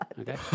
Okay